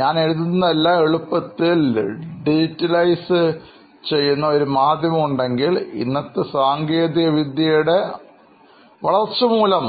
ഞാൻ എഴുതുന്നത് എല്ലാം എളുപ്പത്തിൽ ഡിജിറ്റലൈസ് ചെയ്യുന്ന ഒരു മാധ്യമം ഉണ്ടെങ്കിൽ ഇന്നത്തെ സാങ്കേതികവിദ്യയുടെ വളർച്ച മൂലം